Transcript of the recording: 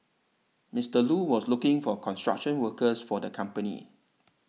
Mister Lu was looking for construction workers for the company